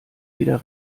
wieder